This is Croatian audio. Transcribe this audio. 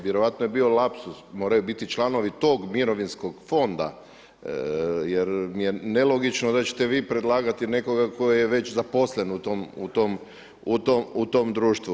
Vjerojatno je bio lapsus, moraju biti članovi tog mirovinskog fonda, jer je nelogično da ćete vi predlagati nekoga tko je već zaposlen u tom društvu.